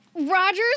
Rogers